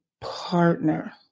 partner